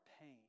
pain